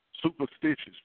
Superstitious